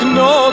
no